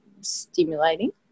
stimulating